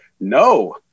no